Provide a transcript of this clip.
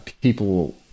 people